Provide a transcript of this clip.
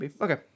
Okay